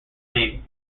name